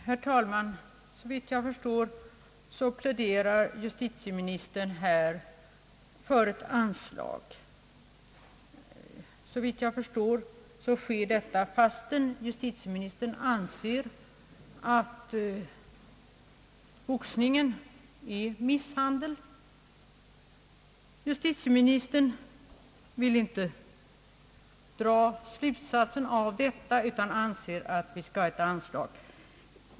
Herr talman! Såvitt jag förstår pläderar justitieministern för ett anslag, fastän han anser att boxningen är en form av misshandel. Justitieministern vill inte dra slutsatsen av sitt tidigare uttalande utan anser att vi skall bevilja ett anslag.